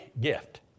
gift